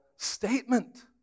Statement